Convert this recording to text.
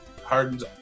Harden's